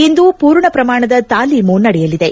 ಇಂದು ಪೂರ್ಣ ಪ್ರಮಾಣದ ತಾಲೀಮು ನಡೆಯಲಿದೆ